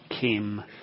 came